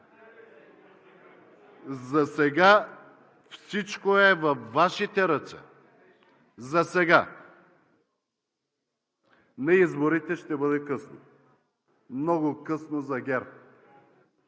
Засега всичко е във Вашите ръце. Засега. На изборите ще бъде късно, много късно за ГЕРБ.